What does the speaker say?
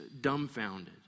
dumbfounded